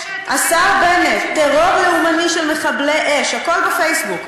יש --- השר בנט: "טרור לאומני של מחבלי אש" הכול בפייסבוק.